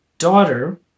daughter